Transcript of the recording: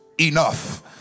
enough